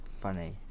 funny